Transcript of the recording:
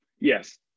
Yes